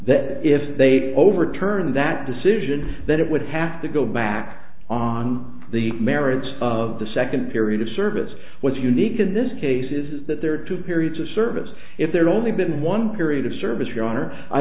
that if they overturn that decision then it would have to go back on the merits of the second period of service what's unique in this case is that there are two periods of service if there only been one period of service